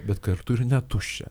bet kartu ir ne tuščia